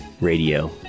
radio